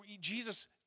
Jesus